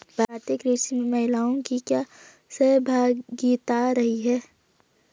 भारतीय कृषि में महिलाओं की क्या सहभागिता रही है?